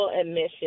admission